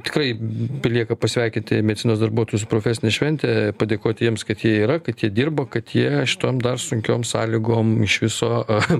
tikrai belieka pasveikinti medicinos darbuotojus su profesine švente padėkoti jiems kad jie yra kad jie dirba kad jie šitom dar sunkiom sąlygom iš viso